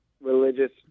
religious